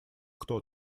кто